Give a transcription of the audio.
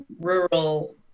rural